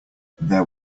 there